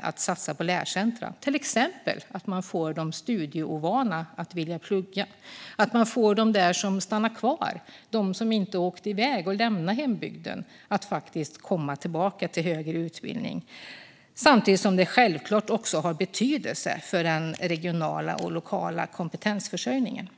att satsa på lärcentrum, till exempel att man får de studieovana att vilja plugga och att man får dem som stannade kvar - som inte åkte iväg och som inte lämnade hembygden - att komma tillbaka till högre utbildning. Självklart har det också betydelse för den regionala och lokala kompetensförsörjningen.